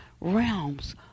realms